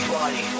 body